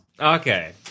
Okay